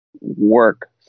work